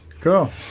Cool